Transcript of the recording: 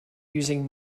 using